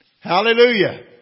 Hallelujah